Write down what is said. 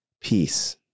peace